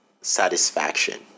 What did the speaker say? satisfaction